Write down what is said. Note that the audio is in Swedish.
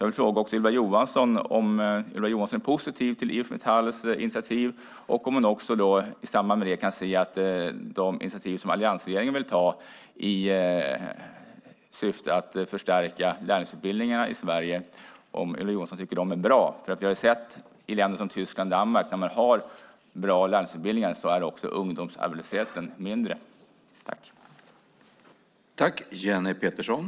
Jag vill fråga Ylva Johansson om hon är positiv till IF Metalls initiativ och om hon också i samband med det kan se att de initiativ alliansregeringen vill ta i syfte att förstärka lärlingsutbildningarna i Sverige är bra. Vi har sett i länder som Tyskland och Danmark att ungdomsarbetslösheten är lägre när man har bra lärlingsutbildningar.